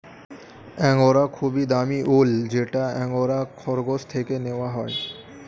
angora খুবই দামি উল যেটা অ্যাঙ্গোরা খরগোশ থেকে নেওয়া হয়